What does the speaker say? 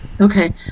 Okay